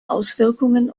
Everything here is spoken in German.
auswirkungen